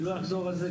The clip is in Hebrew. אני לא אחזור על זה,